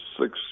six